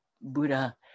Buddha